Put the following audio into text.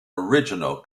original